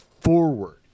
forward